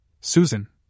Susan